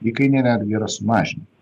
įkainiai netgi yra sumažinti